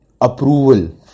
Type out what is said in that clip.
approval